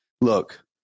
look